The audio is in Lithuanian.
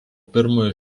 pirmojo